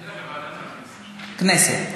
כנסת.